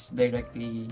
directly